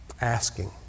Asking